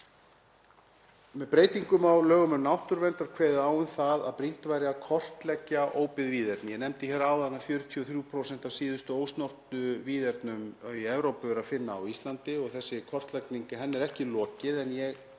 Með breytingum á lögum um náttúruvernd var kveðið á um að brýnt væri að kortleggja óbyggð víðerni. Ég nefndi hér áðan að 43% af síðustu ósnortnu víðernunum í Evrópu er að finna á Íslandi. Þessari kortlagningu er ekki lokið. En ég